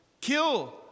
kill